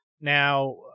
Now